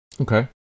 Okay